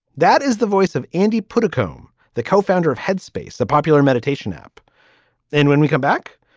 that is the voice of andy puddicombe, um the co-founder of headspace, a popular meditation app and when we come back,